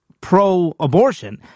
pro-abortion